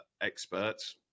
experts